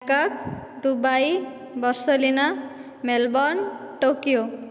କକ Dubai Barcelona Melbourne Tokyo